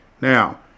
Now